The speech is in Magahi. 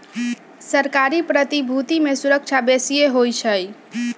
सरकारी प्रतिभूति में सूरक्षा बेशिए होइ छइ